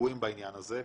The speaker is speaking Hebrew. רגועים בעניין הזה.